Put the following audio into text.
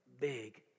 big